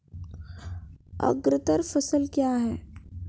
अग्रतर फसल क्या हैं?